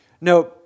no